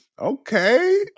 Okay